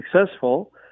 successful